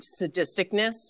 sadisticness